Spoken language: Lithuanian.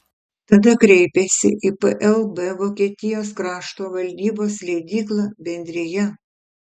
tada kreipėsi į plb vokietijos krašto valdybos leidyklą bendrija